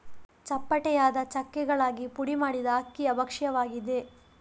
ಚಪ್ಪಟೆಯಾದ ಚಕ್ಕೆಗಳಾಗಿ ಪುಡಿ ಮಾಡಿದ ಅಕ್ಕಿಯ ಭಕ್ಷ್ಯವಾಗಿದೆ